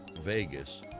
Vegas